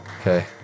Okay